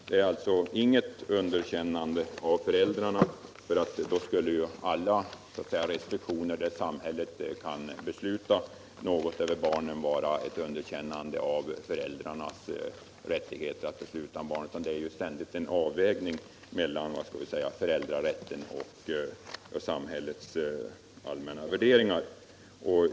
Det är alltså inte fråga om något underkännande av föräldrarna. I så fall skulle ju alla restriktioner som ger samhället möjlighet att besluta något om barn vara ett underkännande av föräldrarnas rättigheter att besluta om sina barn. Det är ju en ständig avvägning mellan föräldrarätten och samhällets allmänna värderingar.